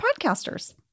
podcasters